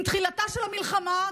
עם תחילתה של המלחמה,